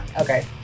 Okay